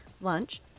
lunch